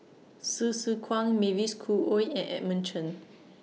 Hsu Tse Kwang Mavis Khoo Oei and Edmund Chen